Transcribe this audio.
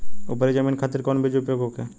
उपरी जमीन खातिर कौन बीज उपयोग होखे?